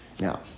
Now